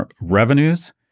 Revenues